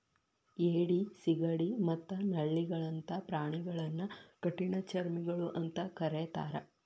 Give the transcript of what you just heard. ಏಡಿ, ಸಿಗಡಿ ಮತ್ತ ನಳ್ಳಿಗಳಂತ ಪ್ರಾಣಿಗಳನ್ನ ಕಠಿಣಚರ್ಮಿಗಳು ಅಂತ ಕರೇತಾರ